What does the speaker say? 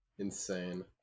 Insane